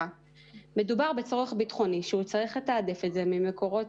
מדובר בצורך ביטחוני שהוא צריך לתעדף אותו ממקורות